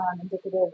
indicative